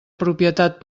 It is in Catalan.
propietat